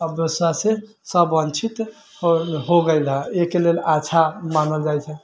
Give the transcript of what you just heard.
अब बेबस्थासँ सब वञ्चित हो गेलऽ हँ एहिके लेल अच्छा मानल जाइ छै